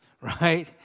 right